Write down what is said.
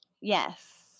Yes